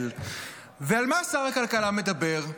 ועל מה שר הכלכלה מדבר?